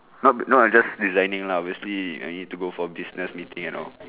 not not I just designing lah obviously I need to go for business meeting and all